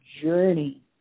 journey